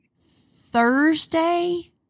Thursday